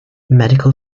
medical